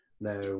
Now